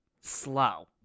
slow